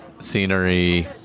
scenery